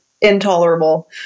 intolerable